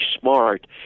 smart